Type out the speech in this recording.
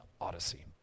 Odyssey